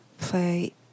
play